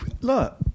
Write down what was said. look